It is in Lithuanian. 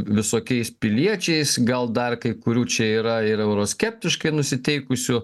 visokiais piliečiais gal dar kai kurių čia yra ir euroskeptiškai nusiteikusių